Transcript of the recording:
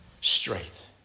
straight